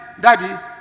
daddy